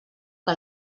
que